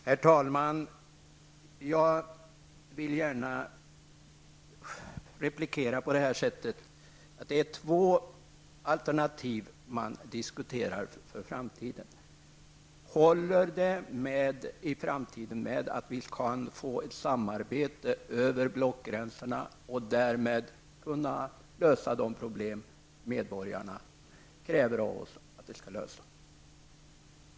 Herr talman! Jag vill gärna replikera och säga att man diskuterar två alternativ inför framtiden. Räcker det med att vi i framtiden kan få ett samarbete över blockgränserna? Kan vi därmed lösa de problem medborgarna kräver av oss att vi skall lösa?